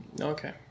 Okay